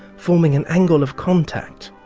forming an angle of contact.